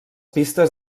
pistes